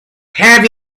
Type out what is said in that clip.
have